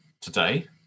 today